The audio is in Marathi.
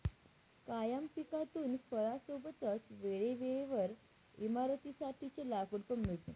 कायम पिकातून फळां सोबतच वेळे वेळेवर इमारतीं साठी चे लाकूड पण मिळते